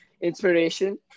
inspiration